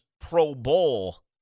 pro-bowl